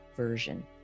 Version